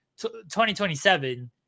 2027